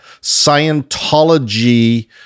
Scientology